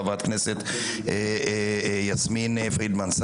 חברת הכנסת יסמין פרידמן.